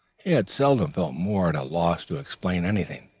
he had seldom felt more at a loss to explain anything.